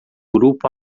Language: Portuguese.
grupo